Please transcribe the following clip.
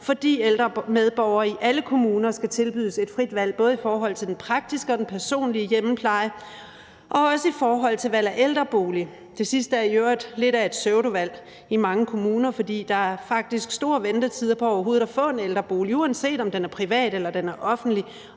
fordi ældre medborgere i alle kommuner skal tilbydes et frit valg, både i forhold til den praktiske og den personlige hjemmepleje og også i forhold til valg af ældrebolig. Det sidste er i øvrigt lidt af et pseudovalg i mange kommuner, fordi der faktisk er lange ventetider på overhovedet at få en ældrebolig, uanset om den er privat eller den er offentlig.